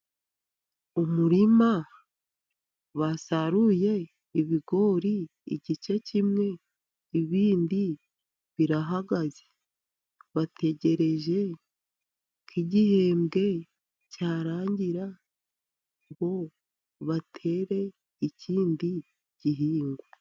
Umurima basaruye ibigori igice kimwe, ibindi birahagaze. Bategereje ko igihembwe cyarangira, ngo batere ikindi gihingwa.